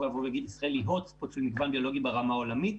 להגיד שישראל היא "הוט ספוט" של מגוון ביולוגי ברמה העולמית,